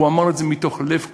הוא אמר את זה מתוך לב כואב.